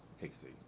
Casey